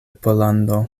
pollando